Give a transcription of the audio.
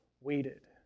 waited